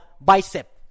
bicep